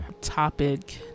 topic